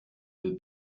deux